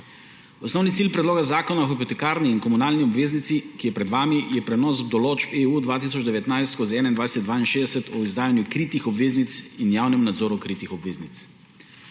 Osnovni cilj Predloga zakona o hipotekarni in komunalni obveznici, ki je pred vami, je prenos določb Direktive EU 2019/2162o izdajanju kritih obveznic in javnem nadzoru kritih obveznic.